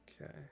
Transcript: okay